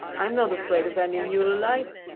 i'm not afraid of any mule alive.